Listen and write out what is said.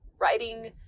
writing